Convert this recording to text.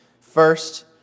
first